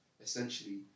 essentially